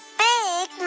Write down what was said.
big